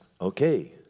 Okay